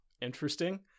Interesting